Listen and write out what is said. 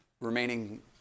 remaining